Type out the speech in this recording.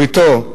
בריתו,